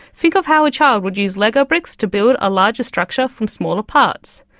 think of how a child would use lego bricks to build a larger structure from smaller parts.